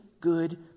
good